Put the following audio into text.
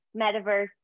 Metaverse